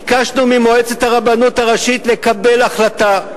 ביקשנו ממועצת הרבנות הראשית לקבל החלטה.